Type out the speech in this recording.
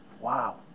Wow